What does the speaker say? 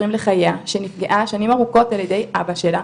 לחייה שנפגעה שנים ארוכות על ידי אבא שלה,